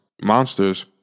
monsters